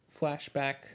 flashback